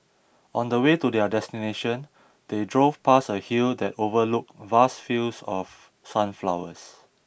on the way to their destination they drove past a hill that overlooked vast fields of sunflowers